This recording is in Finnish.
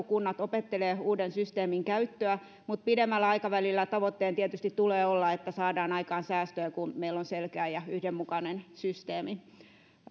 kunnat opettelevat uuden systeemin käyttöä mutta pidemmällä aikavälillä tavoitteena tietysti tulee olla että saadaan aikaan säästöjä kun meillä on selkeä ja yhdenmukainen systeemi